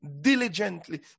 Diligently